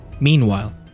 Meanwhile